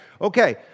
okay